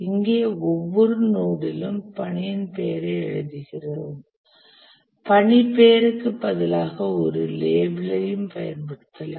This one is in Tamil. இங்கே ஒவ்வொரு நோடிலும் பணியின் பெயரை எழுதுகிறோம் பணி பெயருக்கு பதிலாக ஒரு லேபிளையும் பயன்படுத்தலாம்